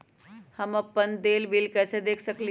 हम अपन देल बिल कैसे देख सकली ह?